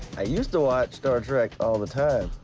i used to watch star trek all the time,